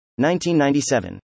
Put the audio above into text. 1997